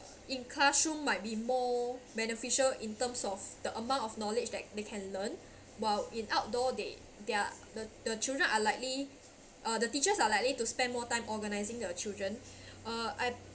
in classroom might be more beneficial in terms of the amount of knowledge that they can learn while in outdoor they their the the children are likely uh the teachers are likely to spend more time organising the children uh